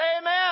amen